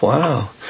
Wow